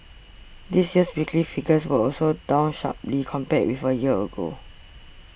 this year's weekly figures were also down sharply compared with a year ago